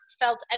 felt